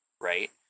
right